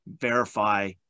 verify